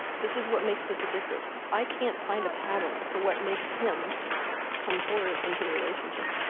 this is what makes this addictive. i can't find a pattern, for what makes him come forward into the relationship.